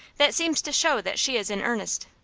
that seems to show that she is in earnest.